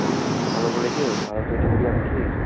হুম কি ভালো বলেছে ভালো তৈরি করি আমি ক্ষীর